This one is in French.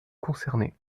concernés